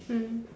mm